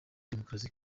demokarasi